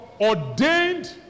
ordained